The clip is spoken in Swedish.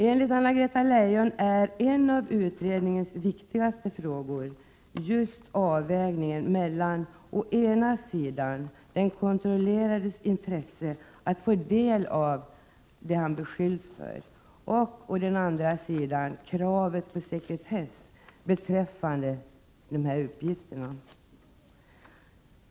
Enligt Anna-Greta Leijon är en av utredningens viktigaste frågor just avvägningen mellan å ena sidan den kontrollerades intresse att få del av uppgifter om vad han beskylls för, å andra sidan kravet på sekretess beträffande dessa uppgifter.